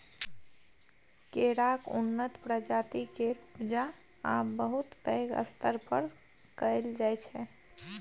केराक उन्नत प्रजाति केर उपजा आब बहुत पैघ स्तर पर कएल जाइ छै